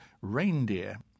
reindeer